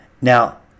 Now